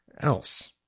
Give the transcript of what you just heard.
else